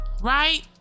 right